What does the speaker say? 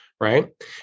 Right